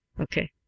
okay